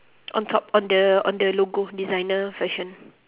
on top on the on the logo designer fashion